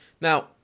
Now